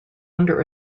under